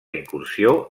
incursió